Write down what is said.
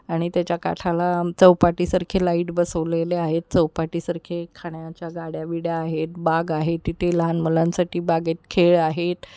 आणि त्याच्या काठाला चौपाटीसारखे लाईट बसवलेले आहेत चौपाटीसारखे खाण्याच्या गाड्या बिड्या आहेत बाग आहे तिथे लहान मुलांसाठी बागेत खेळ आहेत